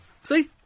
See